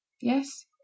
Yes